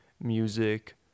music